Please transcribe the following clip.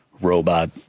robot